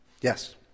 Yes